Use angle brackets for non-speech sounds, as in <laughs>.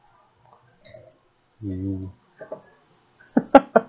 <laughs>